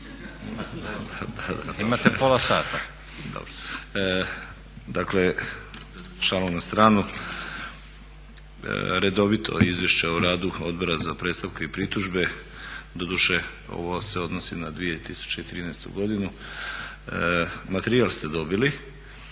Imate pola sata./…